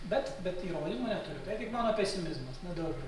bet bet įrodymų neturiu tai tik mano pesimizmas ne daugiau